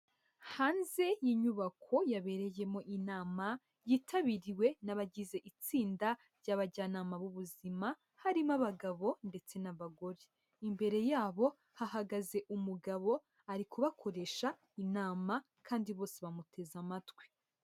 Hanze y'inyubako yabereyemo inama, yitabiriwe n'abagize itsinda ry'abajyanama b'ubuzima, harimo abagabo ndetse n'abagore, imbere yabo hahagaze umugabo ari kubakoresha inama kandi bose bamuteze amatwi.